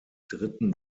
dritten